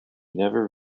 never